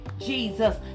Jesus